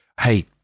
hey